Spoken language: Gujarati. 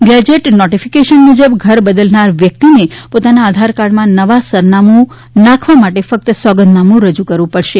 ગેજેટ નોટિફિકેશન મુજબ ઘર બદલનાર વ્યક્તિને પોતાના આધાર કાર્ડમાં નવા સરનામું નાખવા માટે ફક્ત સોગંદનામું રજૂ કરવું પ ડશે